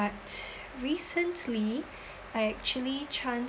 but recently I actually chance